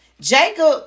Jacob